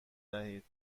دهید